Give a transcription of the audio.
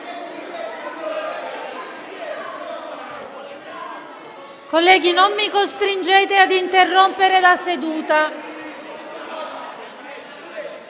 Colleghi, non mi costringete ad interrompere la seduta,